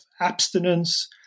abstinence